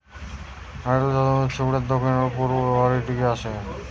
নারকেল তন্তু বা ছিবড়ার দড়ি বহুযুগ ধরিকি ভারতের দক্ষিণ আর পূর্ব রে ব্যবহার হইকি অ্যাসেটে